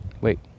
wait